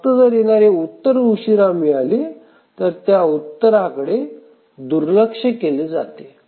फक्त जर येणारे उत्तर उशीरा मिळाले तर त्या उत्तराकडे दुर्लक्ष केले जाते